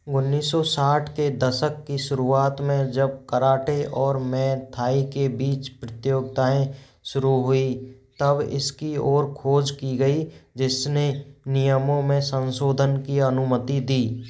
उन्नीस सौ साठ के दशक की शुरुआत में जब कराटे और मे थाई के बीच प्रतियोगिताएँ शुरू हुईं तब इसकी और खोज की गई जिस ने नियमों में संशोधन की अनुमति दी